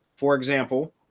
for example,